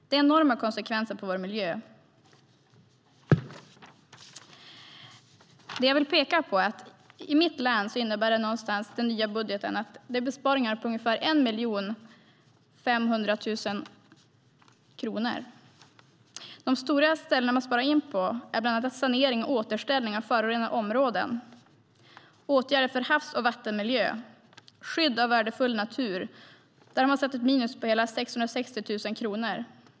Det får enorma konsekvenser för vår miljö. Jag vill peka på att den nya budgeten innebär besparingar på ungefär 1,5 miljoner kronor i mitt hemlän. De stora ställen man sparar in på är bland annat sanering och återställning av förorenade områden, åtgärder för havs och vattenmiljö och skydd av värdefull natur. Där har man satt ett minus på hela 660 000 kronor.